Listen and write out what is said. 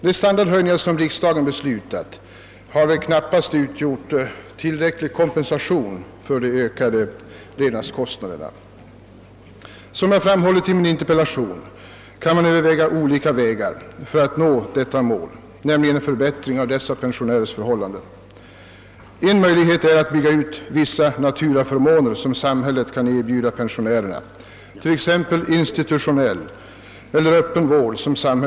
De standardhöjningar som riksdagen beslutat har väl knappast utgjort tillräcklig kompensation för de ökade levnadskostnaderna. Som jag framhåller i min interpellation kan man överväga olika metoder för att förbättra dessa pensionärers förhållanden. En möjlighet är att bygga ut vissa naturaförmåner som samhället kan erbjuda pensionärerna, t.ex. institutionell eller öppen vård.